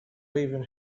raven